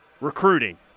recruiting